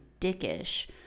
dickish